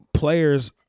Players